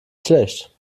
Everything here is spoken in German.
schlecht